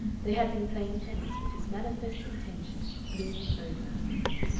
they had been playing tennis, with his manifest intention looming over her.